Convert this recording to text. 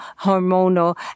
hormonal